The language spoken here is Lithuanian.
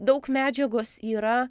daug medžiagos yra